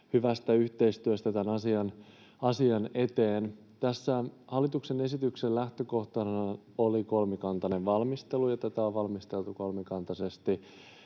hyvästä yhteistyöstä tämän asian eteen. Tässä hallituksen esityksen lähtökohtana oli kolmikantainen valmistelu, ja tätä on valmisteltu kolmikantaisesti